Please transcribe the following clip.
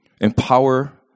empower